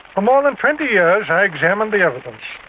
ah more than twenty years i examined the evidence,